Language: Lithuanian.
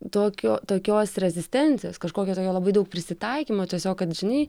tokio tokios rezistencijos kažkokio tokio labai daug prisitaikymo tiesiog kad žinai